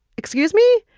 excuse me.